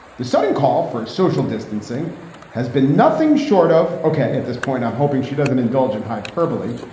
the sudden call for social distancing has been nothing short of ok. at this point, i'm hoping she doesn't indulge in hyperbole.